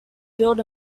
build